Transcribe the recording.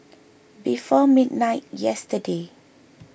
before midnight yesterday